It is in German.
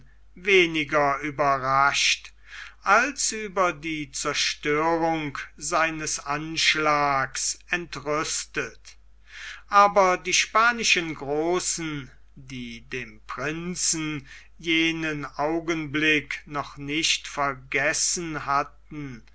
weniger überrascht als über die zerstörung seines anschlags entrüstet aber die spanischen großen die dem prinzen jenen augenblick noch nicht vergessen hatten